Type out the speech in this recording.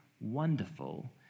wonderful